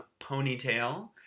ponytail